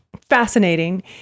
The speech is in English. fascinating